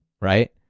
right